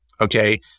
Okay